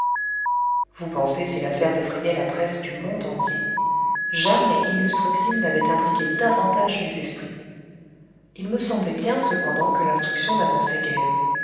vous pensez si l'affaire défrayait la presse du monde entier jamais illustre crime n'avait intrigué davantage les esprits il me semblait bien cependant que l'instruction n'avançait guère